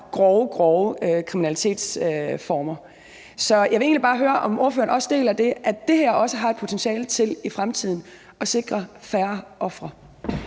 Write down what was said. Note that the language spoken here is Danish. grove, grove kriminalitetsformer. Så jeg vil egentlig bare høre, om ordføreren også deler det, at det her også har i et potentiale til i fremtiden at sikre, at vi får